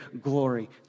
glory